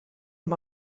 amb